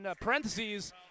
parentheses